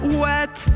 wet